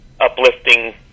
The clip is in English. uplifting